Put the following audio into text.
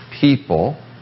people